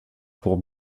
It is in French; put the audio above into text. pour